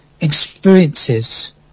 experiences